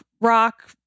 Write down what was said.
rock